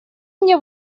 мне